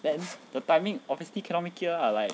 then the timing obviously cannot make it lah